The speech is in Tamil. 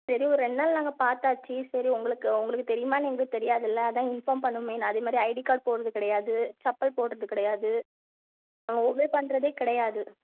சரி ஒரு ரெண்டு நாள் நாங்கள் பார்த்தாச்சி சரி உங்களுக்கு உங்களுக்கு தெரியுமான்னு எங்களுக்கு தெரியாதில்ல அதுதான் இன்ஃபார்ம் பண்ணணுமேன்னு அதே மாதிரி ஐடி கார்டு போடுறது கிடையாது செப்பல் போடுறது கிடையாது அவன் ஒபே பண்றதே கிடையாது